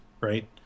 right